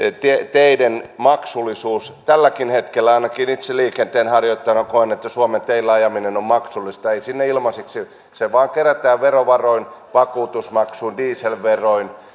teiden maksullisuus tälläkin hetkellä ainakin itse liikenteenharjoittajana koen että suomen teillä ajaminen on maksullista ei sinne ilmaiseksi mennä se vain kerätään verovaroin vakuutusmaksuin dieselveroin